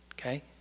okay